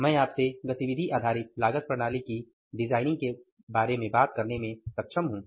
मैं आपसे गतिविधि आधारित लागत प्रणाली की डिजाइनिंग के बारे में बात करने में सक्षम हूं